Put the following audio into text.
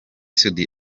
soudy